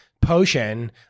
potion